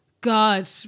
God